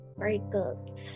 Breakups